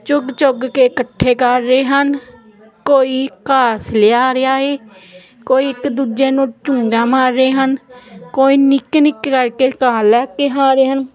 ਚੁਗ ਚੁਗ ਕੇ ਇਕੱਠੇ ਕਰ ਰਹੇ ਹਨ ਕੋਈ ਘਾਸ ਲਿਆ ਰਿਹਾ ਹੈ ਕੋਈ ਇੱਕ ਦੂਜੇ ਨੂੰ ਚੁੰਝਾਂ ਮਾਰ ਰਹੇ ਹਨ ਕੋਈ ਨਿੱਕੇ ਨਿੱਕੇ ਕਰਕੇ ਘਾਹ ਲੈ ਕੇ ਆ ਰਹੇ ਹਨ